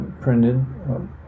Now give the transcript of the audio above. printed